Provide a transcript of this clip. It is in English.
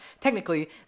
technically